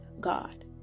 God